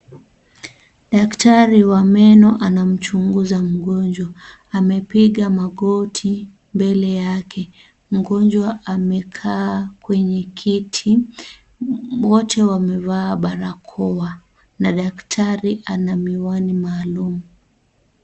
Daktari wa meno anamchunguza mgonjwa. Amepiga magoti mbele yake. Mgonjwa amekaa kwenye kiti. Wote wamevaa barakoa na daktari ana miwani maalum.